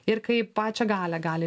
ir kaip pačią galią gali